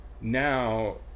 now